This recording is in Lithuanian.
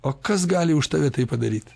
o kas gali už tave tai padaryt